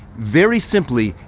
very simply,